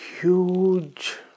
huge